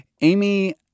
Amy